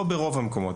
לא ברוב המקומות,